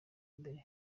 mbere